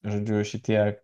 žodžiu šitie